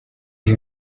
you